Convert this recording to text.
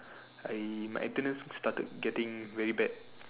I my attendance started getting very bad